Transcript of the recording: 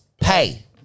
pay